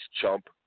chump